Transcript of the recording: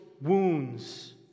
wounds